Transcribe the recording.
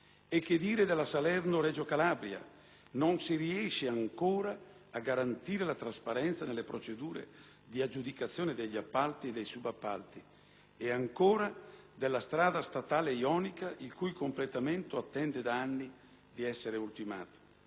E che dire della Salerno-Reggio Calabria, per la quale non si riesce ancora a garantire la trasparenza nelle procedure di aggiudicazione degli appalti e dei subappalti? E ancora, della strada statale jonica, il cui completamento attende da anni di essere realizzato?